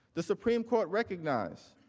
the supreme court recognized,